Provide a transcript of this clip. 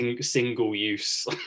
single-use